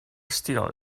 still